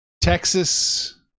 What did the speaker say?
Texas